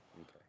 Okay